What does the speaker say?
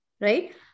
Right